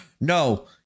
no